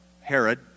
Herod